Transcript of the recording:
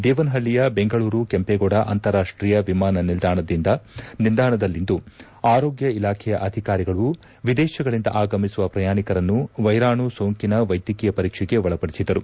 ದೇವನಹಳ್ಳಯ ಬೆಂಗಳೂರು ಕೆಂಪೇಗೌಡ ಅಂತಾರಾಷ್ಟೀಯ ವಿಮಾನ ನಿಲ್ದಾಣದಲ್ಲಿಂದು ಆರೋಗ್ಯ ಇಲಾಖೆಯ ಅಧಿಕಾರಿಗಳು ವಿದೇತಗಳಿಂದ ಆಗಮಿಸುವ ಪ್ರಯಾಣಿಕರನ್ನು ವೈರಾಣು ಸೋಂಕಿನ ವೈದ್ಯಕೀಯ ಪರೀಕ್ಷೆಗೆ ಒಳಪಡಿಸಿದರು